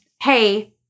hey